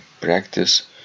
practice